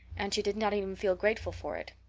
and she did not even feel grateful for it.